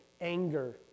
anger